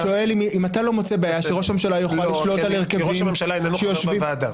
לא, כי ראש הממשלה איננו חבר בוועדה.